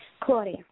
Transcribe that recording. Claudia